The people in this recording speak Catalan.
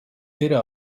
era